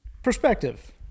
perspective